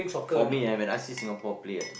for me eh when I see Singapore play ah